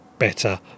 better